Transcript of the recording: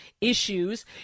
issues